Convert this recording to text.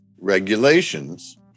regulations